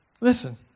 Listen